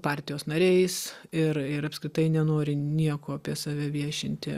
partijos nariais ir ir apskritai nenori nieko apie save viešinti